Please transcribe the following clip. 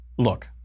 Look